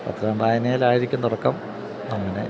പത്രം വായനയിലായിരിക്കും തുടക്കം അങ്ങനെ